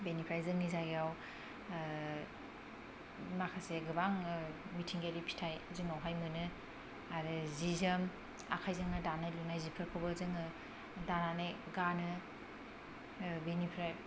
बेनिफ्राय जोंनि जायगायाव ओ माखासे गोबां ओ मिथिंगायारि फिथाय जोंनावहाय मोनो आरो जि जोमा आखायजोंनो दानाय लुनाय जिफोरखौबो जोङो दानानै गानो ओ बेनिफ्राय